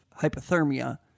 hypothermia